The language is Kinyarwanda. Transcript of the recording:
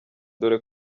dore